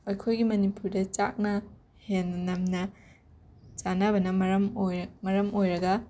ꯑꯩꯈꯣꯏꯒꯤ ꯃꯅꯤꯄꯨꯔꯗ ꯆꯥꯛꯅ ꯍꯦꯟꯅ ꯅꯝꯅ ꯆꯥꯅꯕꯅ ꯃꯔꯝ ꯑꯣꯏꯔ ꯃꯔꯝ ꯑꯣꯏꯔꯒ